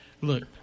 Look